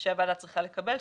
שהוועדה צריכה לקבל,